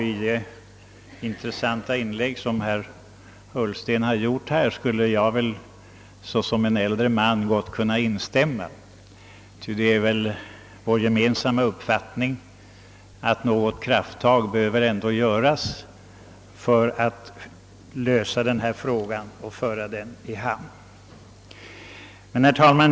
I det intressanta inlägg som herr Ullsten gjort skulle också jag såsom en äldre man gott kunna instämma, ty det är vår gemensamma uppfattning att det behövs krafttag för att lösa lokalfrågan här i riksdagshuset. Herr talman!